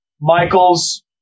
Michael's